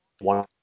one